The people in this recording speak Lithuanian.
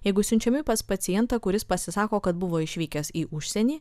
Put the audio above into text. jeigu siunčiami pas pacientą kuris pasisako kad buvo išvykęs į užsienį